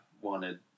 wanted